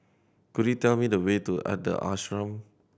could you tell me the way to Ashram